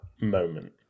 moment